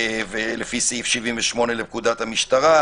לפי סעיף 78 לפקודת המשטרה,